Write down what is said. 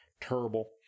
Terrible